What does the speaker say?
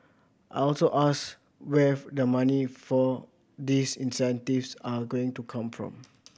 I also asked where the money for these incentives are going to come from